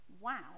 Wow